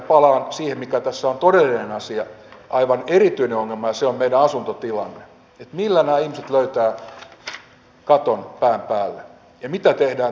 palaan siihen mikä tässä on todellinen asia aivan erityinen ongelma ja se on meidän asuntotilanteemme että millä nämä ihmiset löytävät katon päänsä päälle ja mitä tehdään tälle